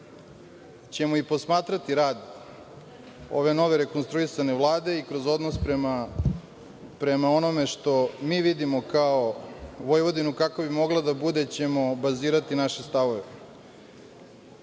ćemo i posmatrati rad ove nove rekonstruisane Vlade i kroz odnos prema onome što mi vidimo kao Vojvodinu kakva bi mogla da bude ćemo bazirati naše stavove. Slažem